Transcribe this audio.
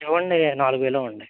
ఇవ్వండి నాలుగు వేలు ఇవ్వండి